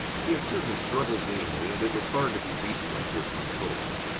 he had certainly struggled gamely, and it was hard to be beaten like this on the post.